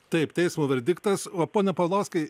taip teismo verdiktas o pone paulauskai